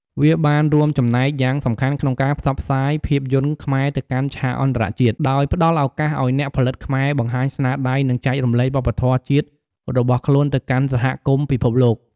វាបានរួមចំណែកយ៉ាងសំខាន់ក្នុងការផ្សព្វផ្សាយភាពយន្តខ្មែរទៅកាន់ឆាកអន្តរជាតិ ដោយផ្តល់ឱកាសឲ្យអ្នកផលិតខ្មែរបង្ហាញស្នាដៃ និងចែករំលែកវប្បធម៌ជាតិរបស់ខ្លួនទៅកាន់សហគមន៍ពិភពលោក។